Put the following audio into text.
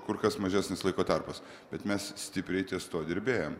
kur kas mažesnis laiko tarpas bet mes stipriai ties tuo dirbėjom